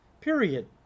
period